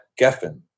Geffen